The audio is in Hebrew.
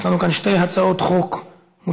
יש לנו כאן שתי הצעות חוק מוצמדות.